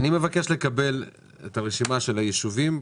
אני מבקש לקבל את רשימת הישובים,